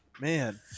Man